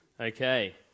Okay